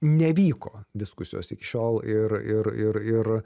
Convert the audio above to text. nevyko diskusijos iki šiol ir ir ir ir